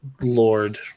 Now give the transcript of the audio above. Lord